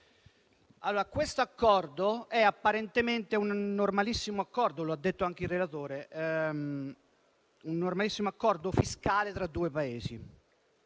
questo? Si tratta apparentemente di un normalissimo accordo fiscale tra due Paesi,